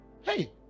Hey